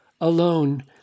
alone